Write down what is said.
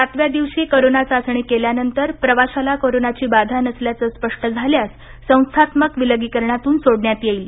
सातव्या दिवशी करोना चाचणी केल्यानंतर प्रवाशाला करोनाची बाधा नसल्याचे स्पष्ट झाल्यास संस्थात्मक विलगीकरणातून सोडण्यात येईल